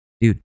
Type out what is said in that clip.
Dude